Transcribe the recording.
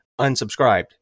unsubscribed